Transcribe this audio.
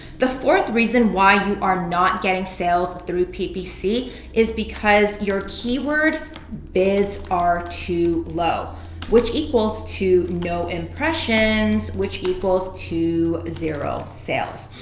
the fourth reason why you are not getting sales through ppc is because your keyword bids are too low which equals to no impressions which equals to zero sales.